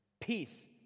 Peace